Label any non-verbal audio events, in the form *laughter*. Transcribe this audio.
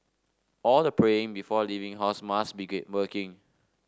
all the praying before leaving house must be *unintelligible* working